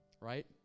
Right